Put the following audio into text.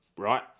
right